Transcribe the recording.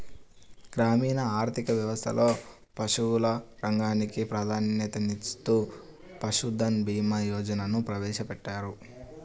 గ్రామీణ ఆర్థిక వ్యవస్థలో పశువుల రంగానికి ప్రాధాన్యతనిస్తూ పశుధన్ భీమా యోజనను ప్రవేశపెట్టారు